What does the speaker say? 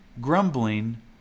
grumbling